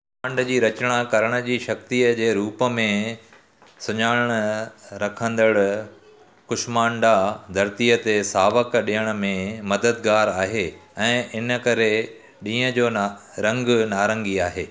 ब्रह्मंड जी रचना करण जी शक्तीअ जे रूप में सुञाण रखंदड़ कुष्मांडा धरतीअ ते सावक ॾियण में मददगारु आहे ऐं इन करे ॾींहं जो ना रंगु नारंगी आहे